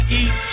eat